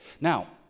Now